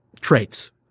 traits